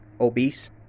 obese